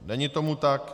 Není tomu tak.